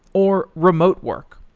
or remote work.